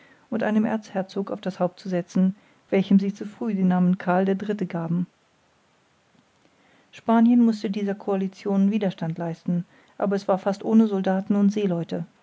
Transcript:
und einem erzherzog auf das haupt zu setzen welchem sie zu früh den namen karl iii gaben spanien mußte dieser coalition widerstand leisten aber es war fast ohne soldaten und seeleute